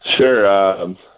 Sure